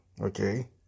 okay